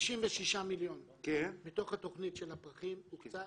96 מיליון מתוך התכנית של הפרחים הוקצה